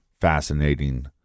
fascinating